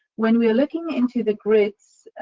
when we're looking into the grids